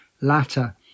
latter